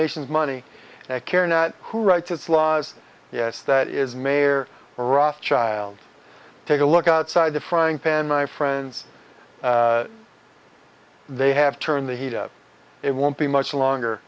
nation's money i care not who writes it's laws yes that is mayor rothschild take a look outside the frying pan my friends they have turned the heat up it won't be much longer